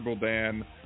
Dan